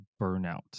burnout